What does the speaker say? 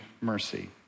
Mercy